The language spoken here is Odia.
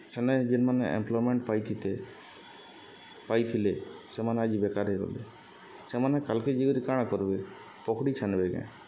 ସେନେ ଯେନ୍ମାନେ ଏମ୍ପ୍ଲଏମେଣ୍ଟ୍ ପାଇଥିତେ ପାଇଥିଲେ ସେମାନେ ଆଜି ବେକାର୍ ହେଇ ଗଲେ ସେମାନେ କାଲ୍କେ ଯାଇକରି କାଣା କର୍ବେ ପକ୍ଡ଼ି ଛାନ୍ବେ କେଁ